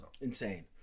Insane